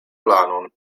planon